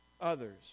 others